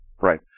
Right